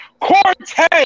Cortez